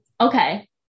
okay